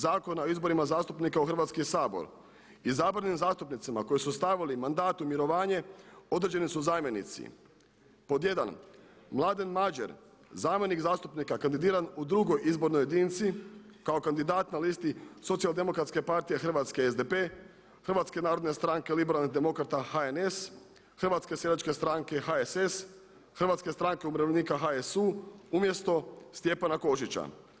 Zakona o izborima zastupnika u Hrvatski sabor izabranim zastupnicima koji su stavili mandat u mirovanje određeni su zamjenici: Pod 1. Mladen Mađer zamjenik zastupnika kandidiran u 2. izbornoj jedinici kao kandidat na listi Socijal-demokratske partije Hrvatske SDP, Hrvatske narodne stranke liberalnih demokrata HNS, Hrvatske seljačke stranke HSS, Hrvatske stranke umirovljenika HSU, umjesto Stjepana Kožića.